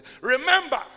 Remember